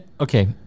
Okay